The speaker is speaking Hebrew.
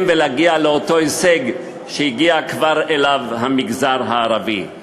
ולהגיע לאותו הישג שהמגזר הערבי כבר הגיע אליו.